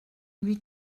lui